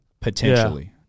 potentially